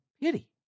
pity